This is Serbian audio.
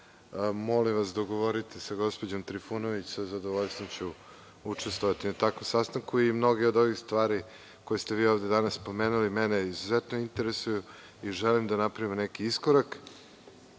molim vas dogovorite sa gospođom Trifunović, sa zadovoljstvom ću učestvovati na takvom sastanku i mnoge od ovih stvari koje ste vi ovde danas pomenuli, mene izuzetno interesuju i želim da napravimo neki iskorak.